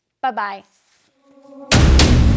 Bye-bye